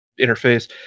interface